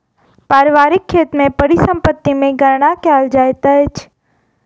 पारिवारिक खेत के परिसम्पत्ति मे गणना कयल जाइत अछि